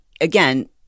again